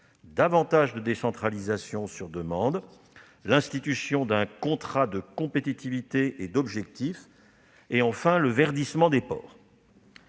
davantage de décentralisation sur demande, l'institution d'un contrat de compétitivité et d'objectifs, et enfin le verdissement des ports.